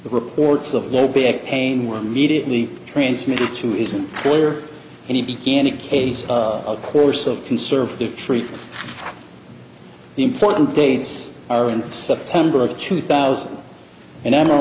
the reports of no big pain were mediately transmitted to isn't clear and he began a case of course of conservative tree the important dates are in september of two thousand and